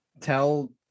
tell